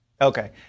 Okay